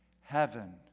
heaven